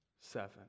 seven